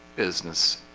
business